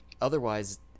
otherwise